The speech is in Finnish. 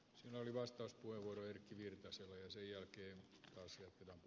se oli vastaus kuuluu erkki virtasen ojensi oikein hyvä asia